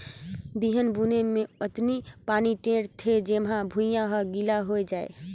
बिहन बुने मे अतनी पानी टेंड़ थें जेम्हा भुइयां हर गिला होए जाये